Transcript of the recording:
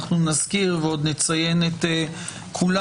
אנחנו נזכיר ועוד נציין את כולם.